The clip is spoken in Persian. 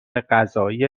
قضایی